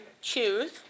choose